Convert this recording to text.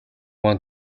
want